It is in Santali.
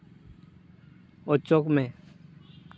ᱚᱪᱚᱜᱽ ᱢᱮ